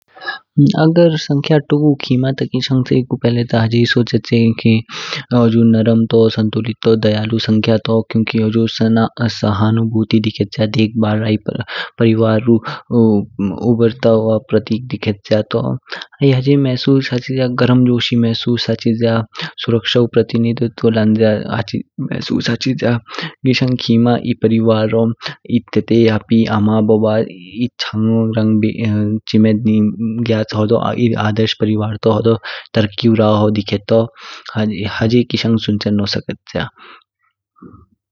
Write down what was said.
अगर संख्या तुगु खिमा ता किशांग च्येकु पहले हजे सोचेते कि हुजु नर्म तो, संतुलित तू, दयालु संख्या तू क्युकी होजो शानुबुति दिखेच्य तो, परिवारु उबरता हुआ प्रतीक दिखेच्य तो। आई हजे महसूस हाचिज्या ग्राम जोशी महसूस हाचिज्या, सुरक्षा प्रतिनिधित्व लांज्या महसूस हाचिज्या। किशांग खेमा एह परिवारो एध तेत, आपी, आमा, बोबा, एध चांग रंग चिमेध ग्याच। होदो एध आदर्श परिवार तू, होदो तरकीउ राह हो देखेतो, हजे किशांग सुन्चे सकेच्य।